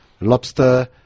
lobster